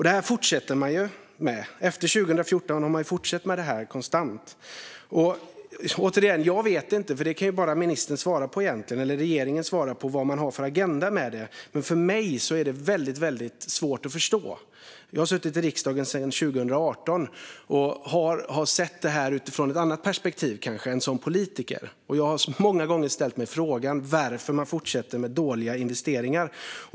Det här fortsätter man med. Efter 2014 har man fortsatt med detta konstant. Återigen: Jag vet inte. Vad man har för agenda med det kan egentligen bara ministern och regeringen svara på. Men för mig är det väldigt svårt att förstå. Jag har suttit i riksdagen sedan 2018. Jag har kanske sett detta utifrån ett annat perspektiv än som politiker. Jag har många gånger ställt mig frågan varför man fortsätter med dåliga investeringar.